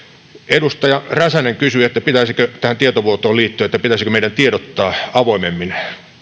edustaja räsänen kysyi tähän tietovuotoon liittyen pitäisikö meidän tiedottaa avoimemmin